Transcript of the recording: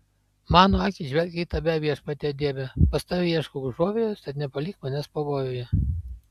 mano akys žvelgia į tave viešpatie dieve pas tave ieškau užuovėjos tad nepalik manęs pavojuje